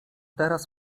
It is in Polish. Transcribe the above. teraz